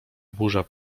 burza